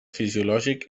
fisiològic